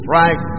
right